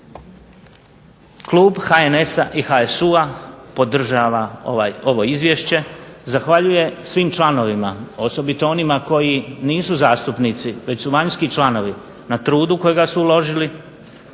Klub HNS HSU-a podržava ovo Izvješće, zahvaljuje svim članovima osobito onima koji nisu zastupnici, već su vanjski članovi na trudu kojega su uložili